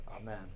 Amen